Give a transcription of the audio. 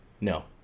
no